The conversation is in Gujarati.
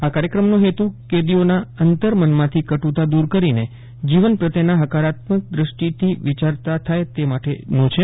આ કાર્યક્રમનો હેતુ કેદીઓના અંતર મનમાંથી કટુતા દૂર કરીને જીવન પ્રત્યે હકારાત્મક દ્રષ્ટિથી વિચારતા થાય તે જોવાનો છે